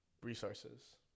Resources